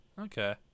Okay